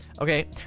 okay